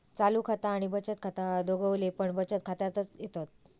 चालू खाता आणि बचत खाता दोघवले पण बचत खात्यातच येतत